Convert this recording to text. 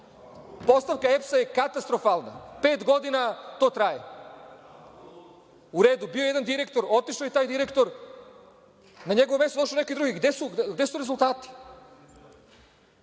Postavka EPS-a je katastrofalna. Pet godina to traje. U redu, bio je jedan direktor, otišao je taj direktor, na njegovo mesto došao je neki drugi. Gde su rezultati?